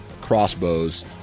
crossbows